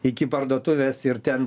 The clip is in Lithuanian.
iki parduotuvės ir ten